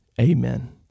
Amen